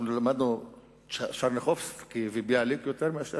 למדנו טשרניחובסקי וביאליק יותר מאשר